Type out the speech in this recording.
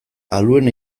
aluen